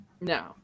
no